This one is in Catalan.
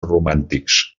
romàntics